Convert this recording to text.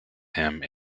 him